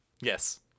Yes